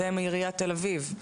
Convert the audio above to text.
אתם מעיריית תל אביב.